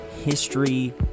history